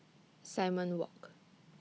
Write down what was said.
Simon Walk